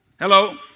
Hello